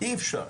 אי אפשר.